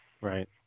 right